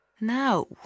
Now